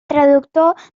traductor